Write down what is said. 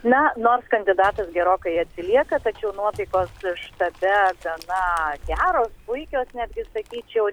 na nors kandidatas gerokai atsilieka tačiau nuotaikos štabe gana geros puikios netgi sakyčiau